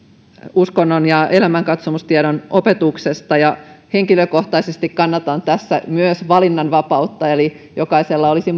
uskonnon ja elämänkatsomustiedon opetuksesta henkilökohtaisesti kannatan tässä myös valinnanvapautta eli jokaisella olisi